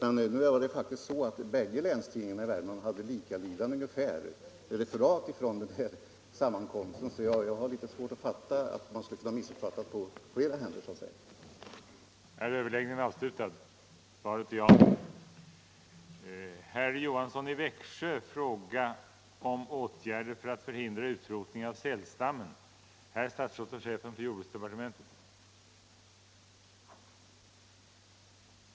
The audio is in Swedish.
Men nu förhåller det sig faktiskt så, att bägge länstidningarna i Värmland hade ungefär likalydande referat från den här sammankomsten, och jag har litet svårt att förstå att man så att säga på flera händer skulle ha kunnat missuppfatta uttalandena.